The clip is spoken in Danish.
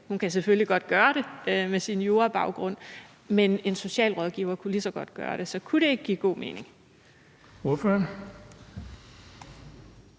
Hun kan selvfølgelig godt gøre det med sin jurabaggrund, men en socialrådgiver kunne lige så godt gøre det. Så kunne ikke give god mening?